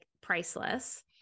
priceless